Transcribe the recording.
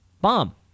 Bomb